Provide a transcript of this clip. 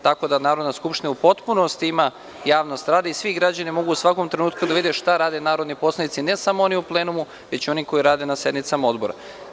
Tako da Narodna skupština u potpunosti ima javnost rada i svi građani mogu u svakom trenutku da vide šta rade narodni poslanici ne samo oni u plenumu već i oni koji rade na sednicama odbora.